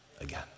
again